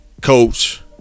coach